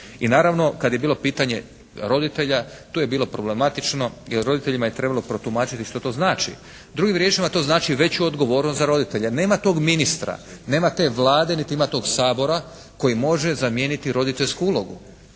I naravno kad je bilo pitanje roditelja tu je bilo problematično jer roditeljima je trebalo protumačiti što to znači. Drugim riječima to znači veću odgovornost za roditelje. Jer nema tog ministra, nema te Vlade, niti ima tog Sabora koji može zamijeniti roditeljsku ulogu.